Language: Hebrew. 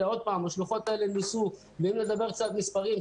כי השלוחות האלה נוסו ואם נדבר מספרים,